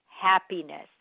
happiness